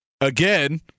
again